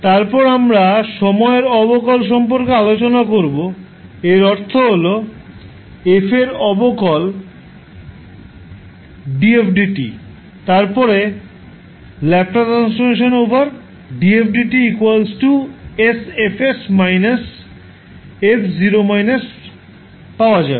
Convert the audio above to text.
তারপর আমরা সময়ের অবকল সম্পর্কে আলোচনা করবো এর অর্থ হল f এর অবকলন dfdt তারপরে ℒ 𝑑𝑓dt 𝑠𝐹 𝑠 − f পাওয়া যাবে